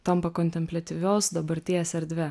tampa kontempliatyvios dabarties erdve